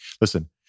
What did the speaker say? Listen